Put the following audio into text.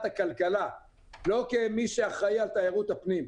הכלכלה ולא כמי שאחראי על תיירות הפנים.